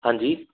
ਹਾਂਜੀ